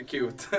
Cute